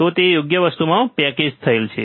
ઓ ઓ તે યોગ્ય વસ્તુમાં પેકેજ થયેલ છે